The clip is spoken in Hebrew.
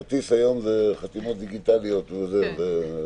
כרטיס היום זה חתימות דיגיטליות, וזהו.